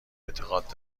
اعتقاد